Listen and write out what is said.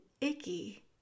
icky